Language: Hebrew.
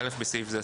13א. (א)בסעיף זה,